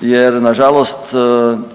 jer nažalost